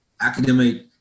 academic